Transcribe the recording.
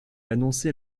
annoncer